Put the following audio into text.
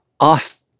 ask